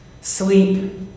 sleep